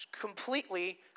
completely